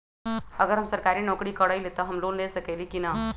अगर हम सरकारी नौकरी करईले त हम लोन ले सकेली की न?